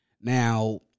Now